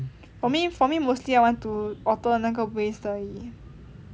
for me for me mostly I want to alter 那个而已